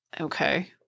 Okay